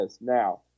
Now